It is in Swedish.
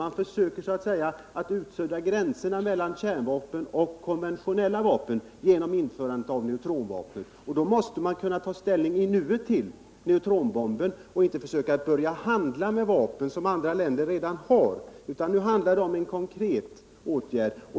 Man försöker sudda ut gränsen mellan kärnvapen och konventionella vapen genom införandet av neutronvapen. Och då måste man kunna ta ställning i nuet till neutronbomben och inte försöka börja handla med vapen som andra länder redan har. Nu gäller det en konkret åtgärd.